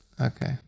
Okay